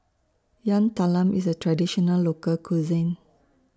Yam Talam IS A Traditional Local Cuisine